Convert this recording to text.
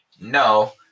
no